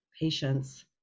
patients